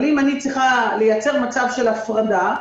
אבל אם אני צריכה לייצר מצב של הפרדה,